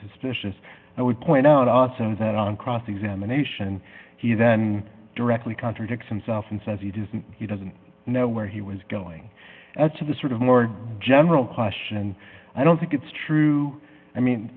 suspicious i would point out also that on cross examination he then directly contradicts himself and says he does not he doesn't know where he was going as to the sort of more general question and i don't think it's true i mean